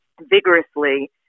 vigorously